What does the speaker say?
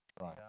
right